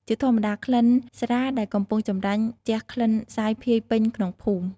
ជាធម្មតា ក្លិនស្រាដែលកំពុងចម្រាញ់ជះក្លិនសាយភាយពេញក្នុងភូមិ។